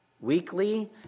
weekly